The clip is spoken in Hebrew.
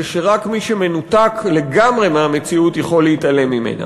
ושרק מי שמנותק לגמרי מהמציאות יכול להתעלם ממנה.